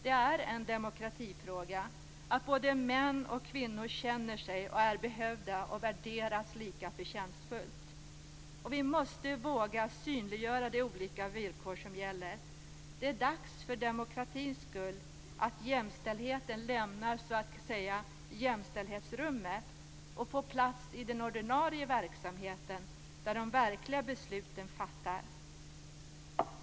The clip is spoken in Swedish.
Det är en demokratifråga att både män och kvinnor känner sig och är behövda och värderas lika förtjänstfullt. Vi måste våga synliggöra de olika villkor som gäller. Det är dags för demokratins skull att jämställdheten lämnar så att säga jämställdhetsrummet och får plats i den ordinarie verksamheten där de verkliga besluten fattas.